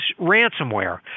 ransomware